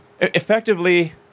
effectively